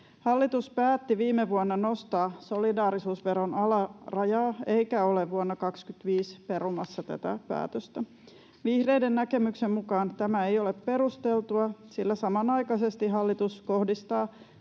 Hallitus päätti viime vuonna nostaa solidaarisuusveron alarajaa eikä ole vuonna 25 perumassa tätä päätöstä. Vihreiden näkemyksen mukaan tämä ei ole perusteltua, sillä samanaikaisesti hallitus kohdistaa